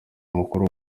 mukuru